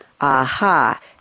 aha